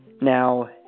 Now